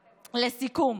לסיכום,